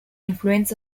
influenza